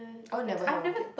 I would never have one kid